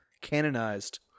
Canonized